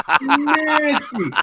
nasty